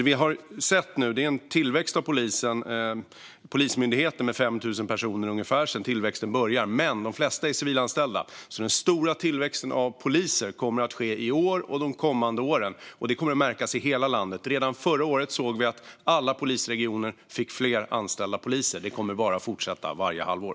Vi har nu sett en tillväxt hos Polismyndigheten. Det handlar om ungefär 5 000 personer sedan tillväxten började. Men de flesta är civilanställda. Den stora tillväxten av poliser kommer att ske i år och de kommande åren, och det kommer att märkas i hela landet. Redan förra året såg vi att alla polisregioner fick fler anställda poliser. Det kommer att fortsätta varje halvår.